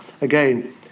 again